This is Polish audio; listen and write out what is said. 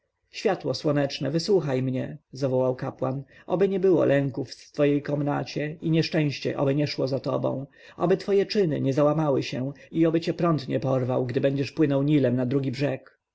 światło słoneczne wysłuchaj mnie zawołał chłop oby nie było jęków w twojej komnacie i nieszczęście oby nie szło za tobą oby twoje czyny nie załamały się i oby cię prąd nie porwał gdy będziesz płynął nilem na drugi brzeg